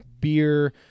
beer